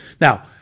Now